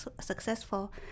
successful